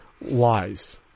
lies